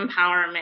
empowerment